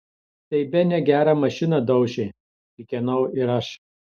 tai bene gerą mašiną dauši kikenau ir aš